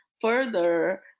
further